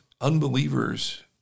unbelievers